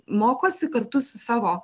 mokosi kartu su savo